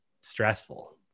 stressful